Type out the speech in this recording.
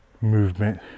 movement